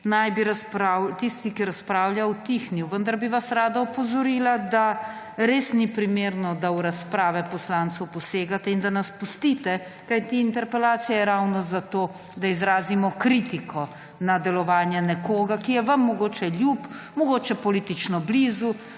naj bi tisti, ki razpravlja, utihnil. Vendar bi vas rada opozorila, da res ni primerno, da v razprave poslancev posegate, in da nas pustite. Kajti interpelacija je ravno zato, da izrazimo kritiko na delovanje nekoga, ki je vam mogoče ljub, mogoče politično blizu,